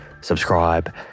subscribe